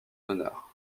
honneur